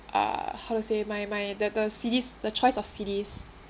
uh how to say my my the the cities the choice of cities